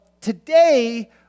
today